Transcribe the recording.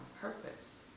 purpose